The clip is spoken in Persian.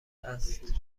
است